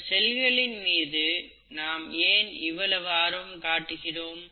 இந்த செல்களின் மீது நாம் ஏன் இவ்வளவு ஆர்வம் காட்டுகிறோம்